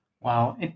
Wow